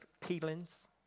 peelings